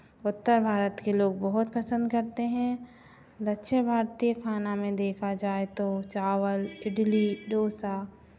उत्तर भारत के लोग बहुत पसन्द करते हैं दक्षिण भारतीय खाना में देखा जाय तो चावल इडली डोसा